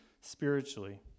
spiritually